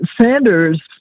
Sanders